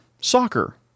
soccer